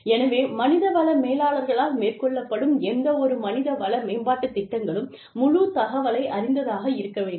எனவே மனிதவள மேலாளர்களால் மேற்கொள்ளப்படும் எந்தவொரு மனித வள மேம்பாட்டுத் திட்டங்களும் முழு தகவலை அறிந்ததாக இருக்க வேண்டும்